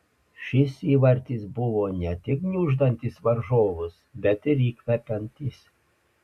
šis įvartis buvo ne tik gniuždantis varžovus bet ir įkvepiantis